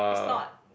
it's not